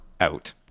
out